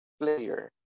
player